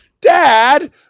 Dad